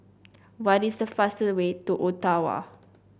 what is the fastest way to Ottawa